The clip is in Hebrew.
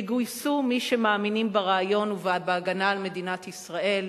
יגויסו מי שמאמינים ברעיון ובהגנה על מדינת ישראל,